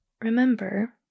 remember